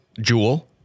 Jewel